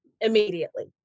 immediately